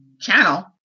channel